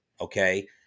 Okay